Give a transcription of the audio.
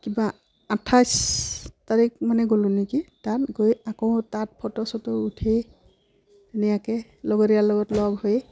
কিবা আঠাইছ তাৰিখ মানে গ'লোঁ নেকি তাত গৈ আকৌ তাত ফটো চটো উঠি ধুনীয়াকৈ লগৰীয়াৰ লগত লগ হৈ